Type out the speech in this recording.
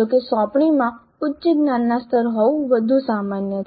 જોકે સોંપણીમાં ઉચ્ચ જ્ઞાનના સ્તર હોવું વધુ સામાન્ય છે